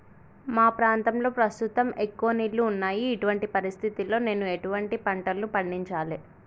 మా ప్రాంతంలో ప్రస్తుతం ఎక్కువ నీళ్లు ఉన్నాయి, ఇటువంటి పరిస్థితిలో నేను ఎటువంటి పంటలను పండించాలే?